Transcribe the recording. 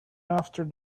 after